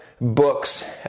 books